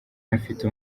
ntafite